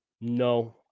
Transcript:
no